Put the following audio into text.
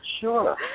sure